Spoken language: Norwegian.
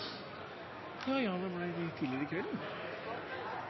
de har kontakt med